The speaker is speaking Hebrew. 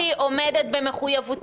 לא, היא שונה ממך,